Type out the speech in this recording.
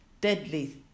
deadly